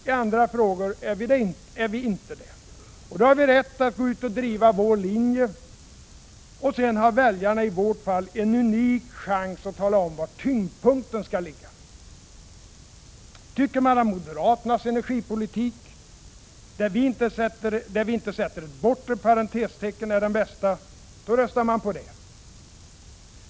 I andra frågor är vi inte det, och då har vi rätt att gå ut och driva vår linje, och sen har väljarna i vårt fall en unik chans att tala om var tyngdpunkten skall ligga. Tycker man att moderaternas energipolitik — där vi inte sätter ett bortre parentestecken — är den bästa, då röstar man på det.